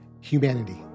humanity